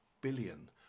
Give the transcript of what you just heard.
billion